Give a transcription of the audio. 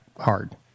hard